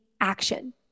action